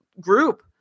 group